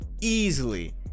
easily